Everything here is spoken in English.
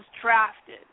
drafted